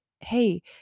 hey